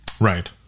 Right